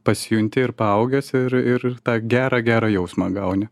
pasijunti ir paaugęs ir ir tą gerą gerą jausmą gauni